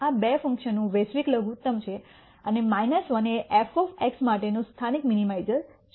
આ 2 ફંક્શનનું વૈશ્વિક લઘુતમ છે અને 1 એ એફ એક્સ માટેનું સ્થાનિક મિનિમાઇઝર છે